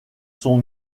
sont